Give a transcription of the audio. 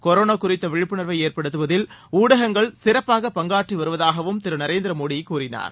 corona குறித்த விழிப்புணர்வை ஏற்படுத்துவதில் ஊடகங்கள் சிறப்பாக பங்காற்றி வருவதாகவும் திரு நரேந்திர மோடி கூறினார்